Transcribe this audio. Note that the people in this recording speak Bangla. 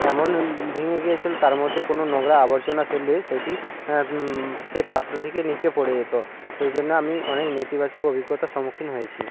এমন ভেঙে গিয়েছিল তার মধ্যে কোনও নোংরা আবর্জনা ফেললে সেইটি সেই পাত্র থেকে নিচে পড়ে যেতো সেই জন্য আমি অনেক নেতিবাচক অভিজ্ঞতার সম্মুখীন হয়েছি